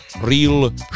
Real